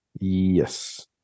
Yes